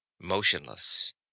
motionless